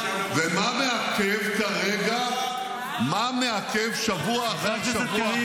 --- ומה מעכב כרגע -- חבר הכנסת קריב,